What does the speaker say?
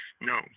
no